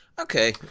Okay